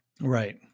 Right